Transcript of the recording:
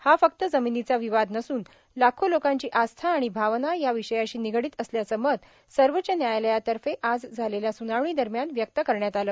हा फक्त जमिनीचा विवाद नसून लाखो लोकांची आस्था आणि भावना या विषयाशी निगडित असल्याचं मत सर्वोच्च न्यायालयातर्फे आज झालेल्या स्नावणी दरम्यान व्यक्त करण्यात आलं